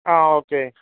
ആ ഓക്കേ